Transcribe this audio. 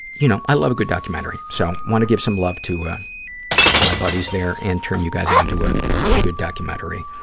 you know, i love a good documentary, so i want to give some love to my buddies there and turn you guys on to ah a good documentary.